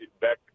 back